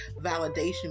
validation